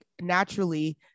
naturally